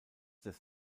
des